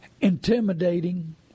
intimidating